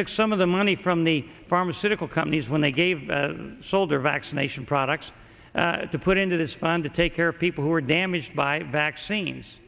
took some of the money from the pharmaceutical companies when they gave sold or vaccination products to put into this fund to take care of people who were damaged by vaccines